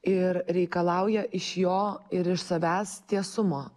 ir reikalauja iš jo ir iš savęs tiesumo